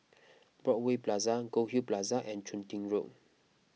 Broadway Plaza Goldhill Plaza and Chun Tin Road